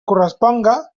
corresponga